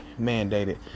mandated